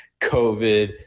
covid